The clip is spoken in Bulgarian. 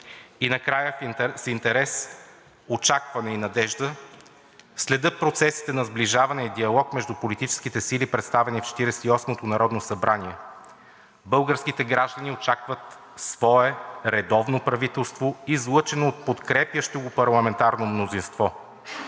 И накрая с интерес, очакване и надежда следя процесите на сближаване и диалог между политическите сили, представени в Четиридесет и осмото народно събрание. Българските граждани очакват свое редовно правителство, излъчено от подкрепящо го парламентарно мнозинство.